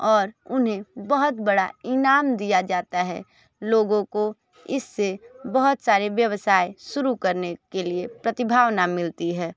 और उन्हें बहुत बड़ा इनाम दिया जाता है लोगों को इससे बहुत सारे व्यवसाय शुरू करने के लिए प्रतिभावना मिलती है